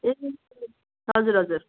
ए हजुर हजुर